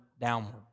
downward